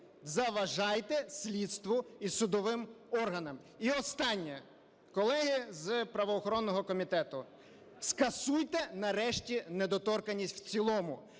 заважайте слідству і судовим органам. І останнє. Колеги з правоохоронного комітету, скасуйте нарешті недоторканність в цілому,